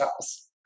house